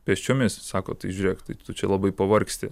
pėsčiomis sako tai žiūrėk tai tu čia labai pavargsti